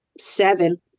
seven